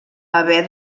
haver